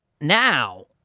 now